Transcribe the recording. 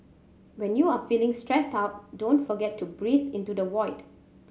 when you are feeling stressed out don't forget to breathe into the void